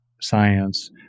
science